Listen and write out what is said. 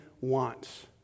wants